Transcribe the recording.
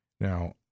Now